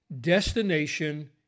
destination